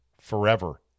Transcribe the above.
forever